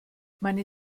meine